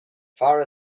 far